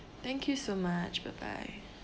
thank you so much bye bye